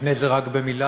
לפני זה רק במילה,